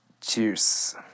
cheers